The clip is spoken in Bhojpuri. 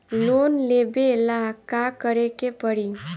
लोन लेबे ला का करे के पड़ी?